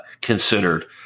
considered